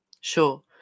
Sure